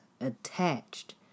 attached